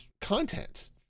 content